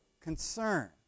concern